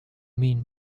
mean